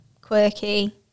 quirky